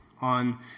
on